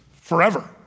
forever